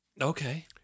Okay